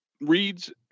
reads